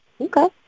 Okay